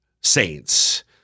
saints